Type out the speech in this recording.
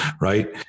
right